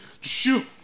shoot